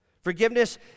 Forgiveness